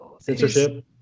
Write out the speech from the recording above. Censorship